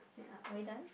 yeah are we done